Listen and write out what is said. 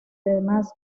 demás